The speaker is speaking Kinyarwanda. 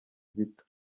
gito